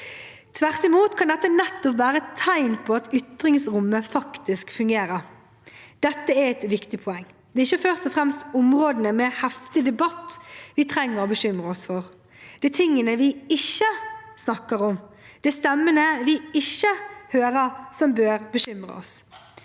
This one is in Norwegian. Tvert imot kan det nettopp være et tegn på at ytringsrommet faktisk fungerer. Dette er et viktig poeng. Det er ikke først og fremst områdene med heftig debatt vi trenger å bekymre oss for. Det er tingene vi ikke snakker om, og stemmene vi ikke hører, som bør bekymre oss.